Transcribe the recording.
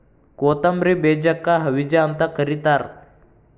ಕೊತ್ತಂಬ್ರಿ ಬೇಜಕ್ಕ ಹವಿಜಾ ಅಂತ ಕರಿತಾರ